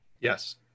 Yes